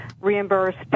reimbursed